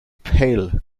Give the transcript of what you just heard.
pale